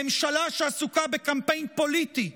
ממשלה שעסוקה בקמפיין פוליטי,